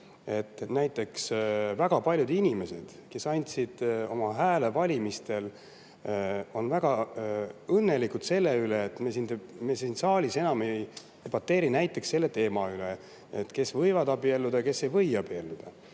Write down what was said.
Näiteks väga paljud inimesed, kes andsid valimistel oma hääle, on väga õnnelikud selle üle, et me siin saalis enam ei debateeri näiteks selle teema üle, kes võivad abielluda ja kes ei või abielluda.